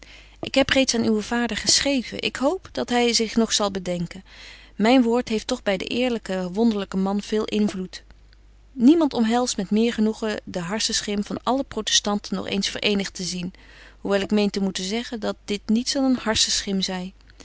ik heb reeds aan uwen vader geschreven ik hoop dat hy zich nog zal bedenken myn woord heeft toch by den eerlyken wonderlyken man veel invloed niemand omhelst met meer genoegen de harssenschim van alle protestanten nog eens verëenigt te zien hoewel ik meen te moeten zeggen dat dit niets dan een harssenschim zy